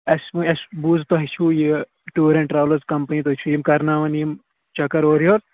اَسہِ وۄنۍ اَسہِ بوٗز تۄہہِ چھُو یہِ ٹوٗر اینٛڈ ٹرٛاولٕز کَمپٔنی تُہۍ چھِو یِم کرناوان یِم چَکر اورٕ یورٕ